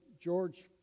George